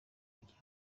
igiye